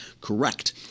correct